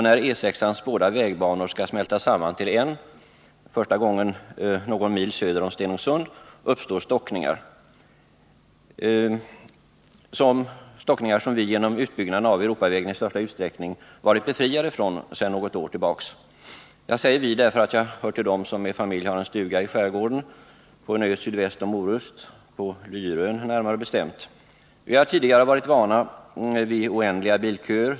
När E 6-ans båda vägbanor skall smältas samman till en — första gången någon mil söder om Stenungsund — uppstår stockningar, som vi genom utbyggnaden av Europavägen i största utsträckning varit befriade från sedan något år. Jag säger ”vi” därför att jag hör till dem som med familj har en stuga i skärgården på en ö som ligger sydväst om Orust — närmare bestämt på Lyrön. Tidigare år har vi varit vana vid oändliga bilköer.